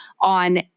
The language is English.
on